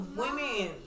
women